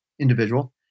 individual